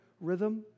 Rhythm